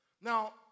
Now